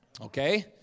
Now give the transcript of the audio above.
Okay